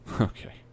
Okay